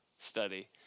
Study